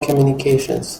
communications